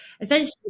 essentially